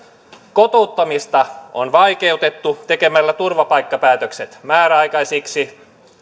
kotouttamista on vaikeutettu tekemällä turvapaikkapäätökset määräaikaisiksi